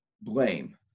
blame